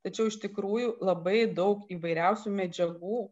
tačiau iš tikrųjų labai daug įvairiausių medžiagų